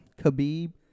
Khabib